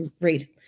read